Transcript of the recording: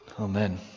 Amen